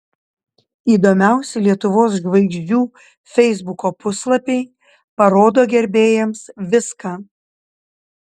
įdomiausi lietuvos žvaigždžių feisbuko puslapiai parodo gerbėjams viską